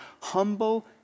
humble